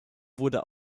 wurde